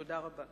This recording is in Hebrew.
תודה רבה.